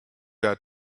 out